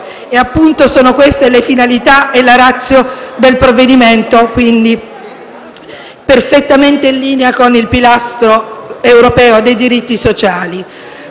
E appunto queste sono le finalità e la *ratio* del provvedimento, quindi perfettamente in linea con il pilastro europeo dei diritti sociali.